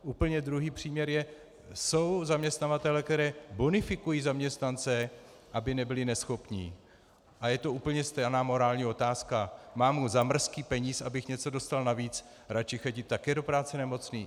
Úplně druhý příměr je, že jsou zaměstnavatelé, kteří bonifikují zaměstnance, aby nebyli neschopní, a je to úplně stejná morální otázka mám mu za mrzký peníz, abych něco dostal navíc, radši chodit také do práce nemocný?